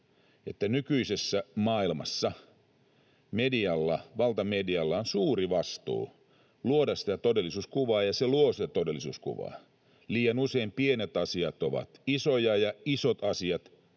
että nykyisessä maailmassa valtamedialla on suuri vastuu luoda sitä todellisuuskuvaa, ja se luo sitä todellisuuskuvaa. Liian usein pienet asiat ovat isoja ja isot asiat